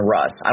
Russ